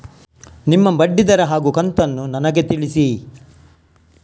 ನಿಮ್ಮ ಬಡ್ಡಿದರ ಹಾಗೂ ಕಂತನ್ನು ನನಗೆ ತಿಳಿಸಿ?